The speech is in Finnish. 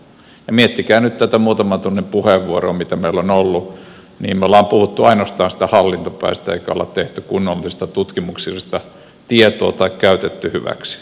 ja miettikää nyt tätä muutaman tunnin keskustelua mikä meillä on ollut me olemme puhuneet ainoastaan siitä hallintopäästä eikä ole käytetty hyväksi kunnollista tutkimuksellista tietoa